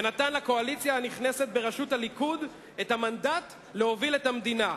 ונתן לקואליציה הנכנסת בראשות הליכוד את המנדט להוביל את המדינה,